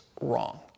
wrong